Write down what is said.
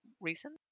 recent